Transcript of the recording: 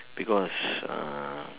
because uh